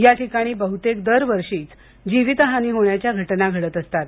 याठिकाणी बह्तेक दरवर्षी जिवितहानी होण्याच्या घटना घडत असतात